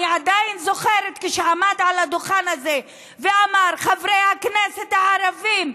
אני עדיין זוכרת כשעמד על הדוכן הזה ואמר: חברי הכנסת הערבים,